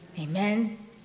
Amen